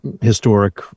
historic